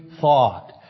thought